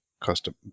custom